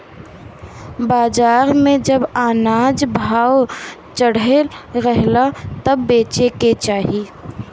बाजार में जब अनाज भाव चढ़ल रहे तबे बेचे के चाही